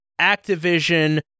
Activision